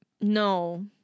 no